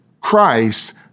Christ